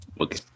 Okay